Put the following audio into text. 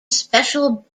special